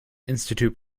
institute